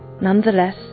Nonetheless